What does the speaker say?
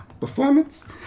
performance